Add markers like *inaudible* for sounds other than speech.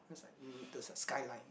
feels like those like *noise* the Skyline